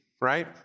Right